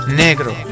negro